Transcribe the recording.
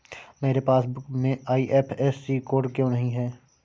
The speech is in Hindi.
मेरे पासबुक में आई.एफ.एस.सी कोड क्यो नहीं है?